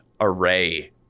array